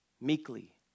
meekly